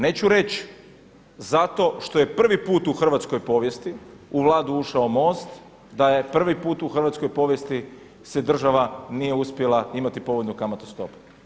Neću reći zato što je prvi put u hrvatskoj povijesti u Vladu ušao MOST, da je prvi put u hrvatskoj povijesti se država nije uspjela imati povoljnu kamatnu stopu.